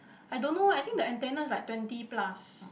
I don't know I think the antenna is like twenty plus